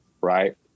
Right